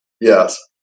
yes